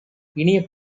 இனிய